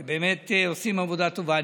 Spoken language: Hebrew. אתם באמת עושים עבודה טובה.